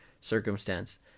circumstance